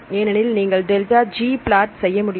எனவே நீங்கள் delta G flat செய்யமுடியும்